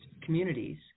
communities